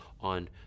on